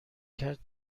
کرد